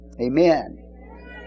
Amen